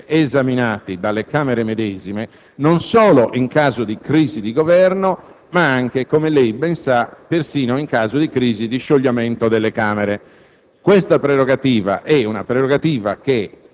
che a norma di Costituzione possono essere esaminati dalle Camere medesime non solo in caso di crisi di Governo, ma anche - come lei sa - persino di scioglimento delle Camere.